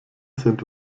sind